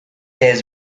has